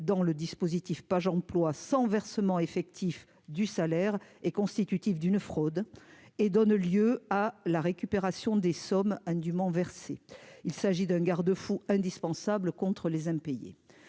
dans le dispositif Pajemploi sans versement effectif du salaire est constitutif d'une fraude et donne lieu à la récupération des sommes indûment versées, il s'agit d'un garde-fou indispensable contre les impayés